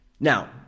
Now